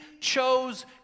chose